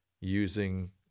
using